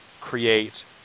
create